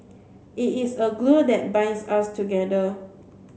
it is a glue that binds us together